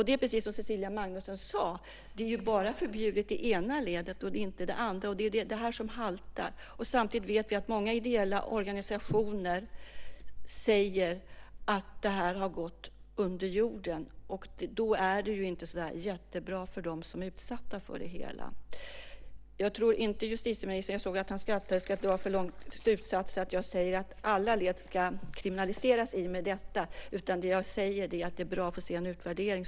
Det är precis som Cecilia Magnusson sade; det är ju bara förbjudet i det ena ledet och inte i det andra. Det är det här som haltar. Samtidigt vet vi att många ideella organisationer säger att prostitutionen har gått under jorden. Det är inte så jättebra för dem som är utsatta för det hela. Jag såg att justitieministern skrattade. Jag tror inte att han ska dra för långtgående slutsatser av att jag säger att alla led ska kriminaliseras i och med detta. Det jag säger är att det är bra att få se en utvärdering.